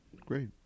Great